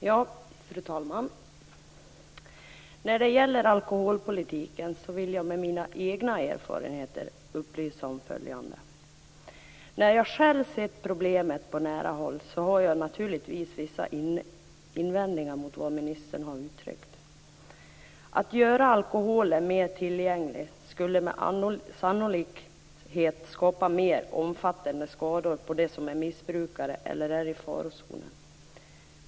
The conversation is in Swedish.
Fru talman! När det gäller alkoholpolitik vill jag med mina egna erfarenheter upplysa om följande. Eftersom jag själv har sett problemet på nära håll, har jag naturligtvis vissa invändningar mot vad ministern har uttryckt. Att göra alkoholen mer tillgänglig skulle med all sannolikhet skapa mer omfattande skador för dem som är missbrukare eller är i farozonen.